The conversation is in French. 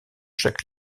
chaque